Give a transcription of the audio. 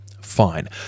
fine